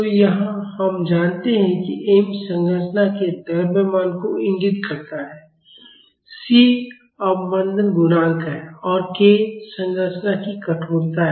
तो यहाँ हम जानते हैं कि m संरचना के द्रव्यमान को इंगित करता है c अवमंदन गुणांक है और k संरचना की कठोरता है